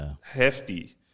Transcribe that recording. hefty